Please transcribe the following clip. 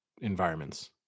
environments